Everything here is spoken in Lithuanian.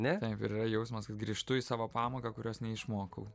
ne ten ir yra jausmas kad grįžtu į savo pamoką kurios neišmokau